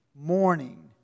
morning